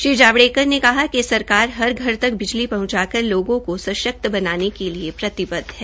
श्री जावड़ेकर ने कहा कि सरकार हर घर तक बिजली पहंचाकर लोगों को सशक्त बनाने के लिए प्रतिबद्व है